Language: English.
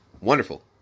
wonderful